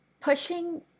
pushing